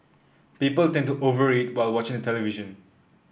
people tend to over eat while watching the television